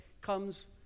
comes